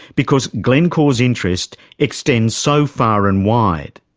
because glencore's interests extend so far and wide.